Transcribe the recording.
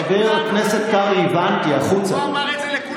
חבר הכנסת קרעי, החוצה.